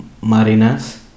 marinas